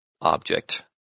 object